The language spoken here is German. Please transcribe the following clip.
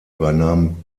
übernahm